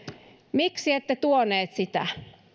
miksi ette tuoneet sitä